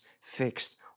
fixed